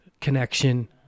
connection